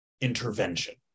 intervention